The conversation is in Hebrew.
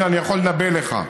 הינה, אני יכול לנבא לך.